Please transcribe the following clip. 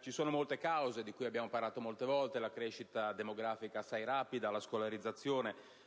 Ci sono molte cause, di cui abbiamo parlato molte volte - la crescita demografica assai rapida, la scolarizzazione,